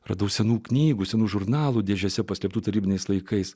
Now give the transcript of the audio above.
radau senų knygų senų žurnalų dėžėse paslėptų tarybiniais laikais